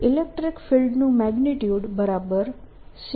electric ફિલ્ડનું magnitude E0 છે